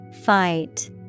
Fight